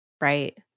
Right